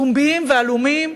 פומביים ועלומים,